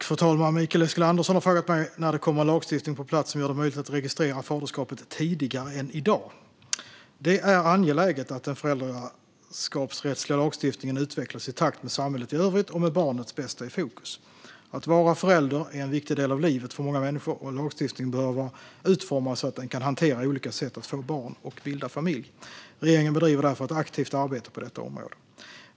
Fru talman! Mikael Eskilandersson har frågat mig när det kommer en lagstiftning på plats som gör det möjligt att registrera faderskapet tidigare än i dag. Det är angeläget att den föräldraskapsrättsliga lagstiftningen utvecklas i takt med samhället i övrigt och med barnets bästa i fokus. Att vara förälder är en viktig del av livet för många människor, och lagstiftningen behöver vara utformad så att den kan hantera olika sätt att få barn och bilda familj. Regeringen bedriver därför ett aktivt arbete på detta område.